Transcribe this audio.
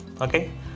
okay